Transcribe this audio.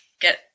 get